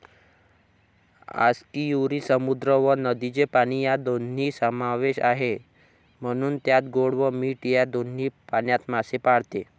आस्कियुरी समुद्र व नदीचे पाणी या दोन्ही समावेश आहे, म्हणून त्यात गोड व मीठ या दोन्ही पाण्यात मासे पाळते